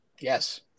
Yes